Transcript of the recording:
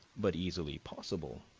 but easily possible,